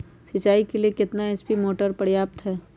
सिंचाई के लिए कितना एच.पी मोटर पर्याप्त है?